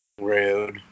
Rude